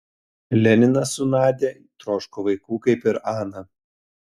leninas su nadia troško vaikų kaip ir ana